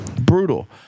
Brutal